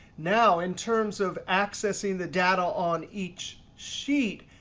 now in terms of accessing the data on each sheet,